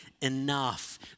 enough